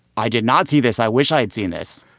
i did not see this. i wish i'd seen this.